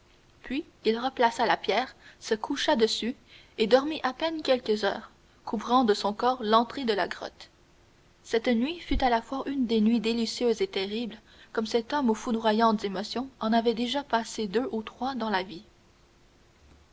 puis il replaça la pierre se coucha dessus et dormit à peine quelques heures couvrant de son corps l'entrée de la grotte cette nuit fut à la fois une de ces nuits délicieuses et terribles comme cet homme aux foudroyantes émotions en avait déjà passé deux ou trois dans la vie